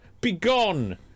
begone